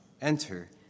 Enter